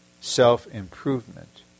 self-improvement